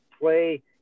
play